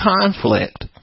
conflict